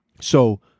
So-